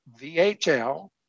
VHL